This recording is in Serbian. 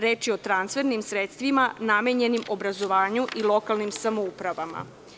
Reč je o transfernim sredstvima namenjenim obrazovanju i lokalnim samoupravama.